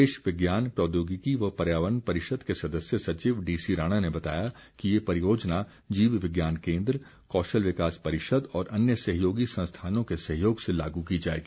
प्रदेश विज्ञान प्रौद्योगिकी व पर्यावरण परिषद के सदस्य सचिव डीसी राणा ने बताया कि ये परियोजना जीव विज्ञान क्षेत्र कौशल विकास परिषद और अन्य सहयोगी संस्थानों के सहयोग से लागू की जाएगी